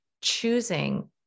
choosing